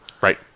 Right